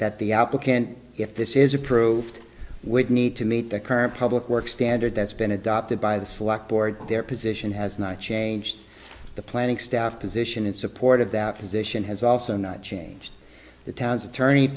that the applicant if this is approved would need to meet the current public work standard that's been adopted by the select board their position has not changed the planning staff position in support of that position has also not changed the town's attorney